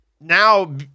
now